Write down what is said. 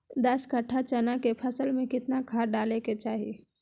दस कट्ठा चना के फसल में कितना खाद डालें के चाहि?